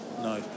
No